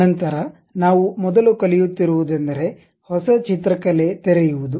ನಂತರ ನಾವು ಮೊದಲು ಕಲಿಯುತ್ತಿರುವುದೆಂದರೆ ಹೊಸ ಚಿತ್ರಕಲೆ ತೆರೆಯುವುದು